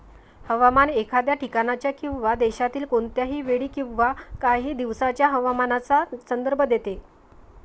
हवामान एखाद्या ठिकाणाच्या किंवा देशातील कोणत्याही वेळी किंवा काही दिवसांच्या हवामानाचा संदर्भ देते